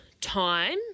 time